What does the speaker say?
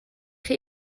chi